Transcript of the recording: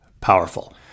powerful